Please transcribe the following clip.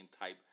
type